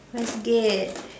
westgate